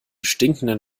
stinkenden